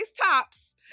tops